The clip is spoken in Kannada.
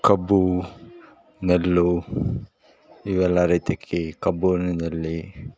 ಕಬ್ಬು ನೆಲ್ಲು ಇವೆಲ್ಲ ರೈತಕ್ಕಿ ಕಬ್ಬುವಿನಲ್ಲಿ